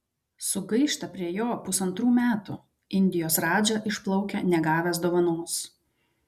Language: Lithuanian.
sugaišta prie jo pusantrų metų indijos radža išplaukia negavęs dovanos